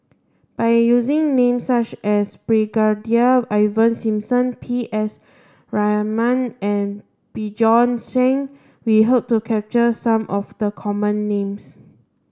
by using names such as Brigadier Ivan Simson P S Raman and Bjorn Shen we hope to capture some of the common names